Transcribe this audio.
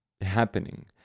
happening